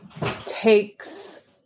Takes